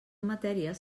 matèries